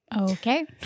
Okay